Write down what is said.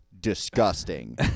Disgusting